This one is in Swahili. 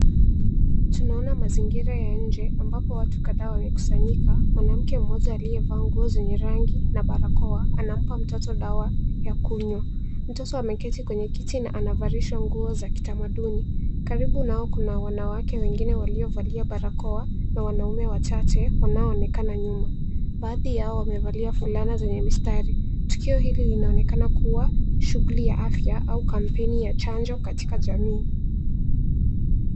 Tunaona mazingira ya nje ambapo watu kadhaa wamekusanyika. Mwanamke mmoja aliyevaa nguo zenye rangi na barakoa anampa mtoto dawa ya kunywa. Mtoto ameketi kwenye kiti na amevalishwa nguo za kitamaduni. Karibu na wao kuna wanawake wengine waliovalia barakoa na wanaume wachache wanaoonekana nyuma. Baadhi yao wamevalia fulana zenye mistari. Tukio hili linaonekana kuwa shughuli ya afya au kampeni ya chanjo katika jamii.